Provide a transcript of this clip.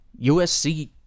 USC